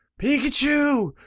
Pikachu